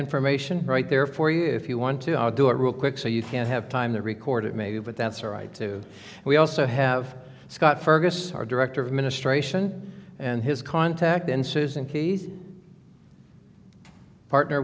information right there for you if you want to do it real quick so you can have time to record it maybe but that's all right too we also have scott fergus our director of ministration and his contact ensues and he's partner